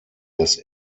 des